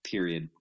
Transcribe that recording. Period